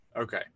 Okay